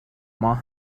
ماه